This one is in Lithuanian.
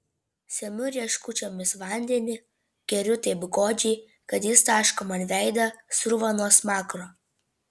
semiu rieškučiomis vandenį geriu taip godžiai kad jis taško man veidą srūva nuo smakro